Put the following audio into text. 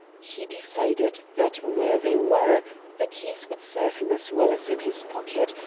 he decided that where they were the keys would serve him as well as in his pocket,